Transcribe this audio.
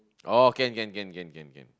oh can can can can can can